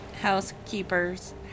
housekeepers